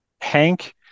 Hank